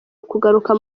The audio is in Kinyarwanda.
ukugaruka